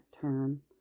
term